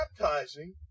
baptizing